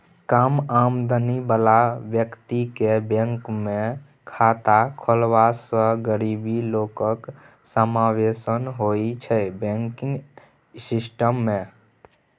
कम आमदनी बला बेकतीकेँ बैंकमे खाता खोलबेलासँ गरीब लोकक समाबेशन होइ छै बैंकिंग सिस्टम मे